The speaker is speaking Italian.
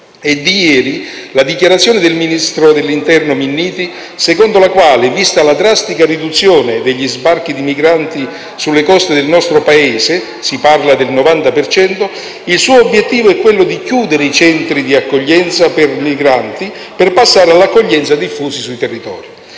È di ieri la dichiarazione del ministro dell'interno Minniti secondo la quale, vista la drastica riduzione degli sbarchi di migranti sulle coste del nostro Paese - si parla del 90 per cento - il suo obiettivo è quello di chiudere i centri di accoglienza per migranti, per passare all'accoglienza diffusa sul territorio.